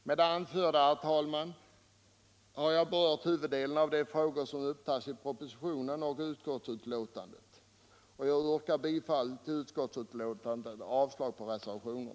Med det anförda, herr talman, har jag berört huvuddelen av de frågor som upptas i propositionen och utskottsbetänkandet. Jag yrkar bifall till utskottets hemställan och avslag på reservationen.